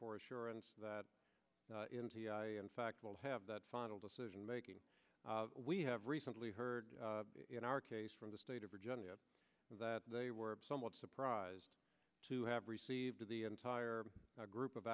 that in fact we'll have that final decision making we have recently heard in our case from the state of virginia that they were somewhat surprised to have received the entire group of